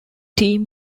team